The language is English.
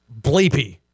bleepy